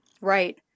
Right